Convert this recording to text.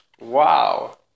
wow